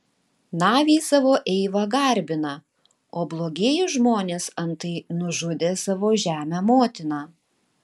naviai savo eivą garbina o blogieji žmonės antai nužudė savo žemę motiną